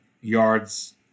yards